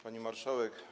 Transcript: Pani Marszałek!